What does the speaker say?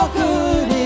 good